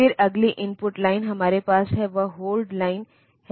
फिर अगली input line हमारे पास है वह होल्ड लाइन है